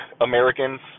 Americans